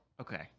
Okay